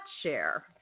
share